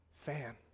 fan